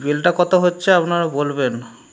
বিলটা কত হচ্ছে আপনারা বলবেন